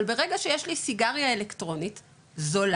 אבל ברגע שיש לי סיגריה אלקטרונית זולה,